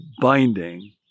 binding